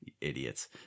Idiots